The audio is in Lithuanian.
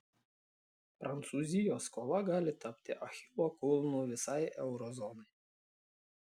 prancūzijos skola gali tapti achilo kulnu visai euro zonai